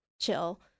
chill